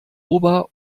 ober